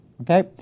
Okay